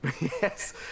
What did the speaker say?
Yes